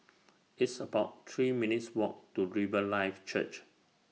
It's about three minutes' Walk to Riverlife Church